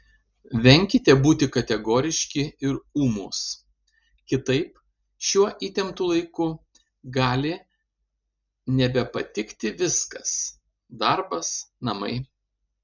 venkite būti kategoriški ir ūmūs kitaip šiuo įtemptu laiku gali nebepatikti viskas darbas namai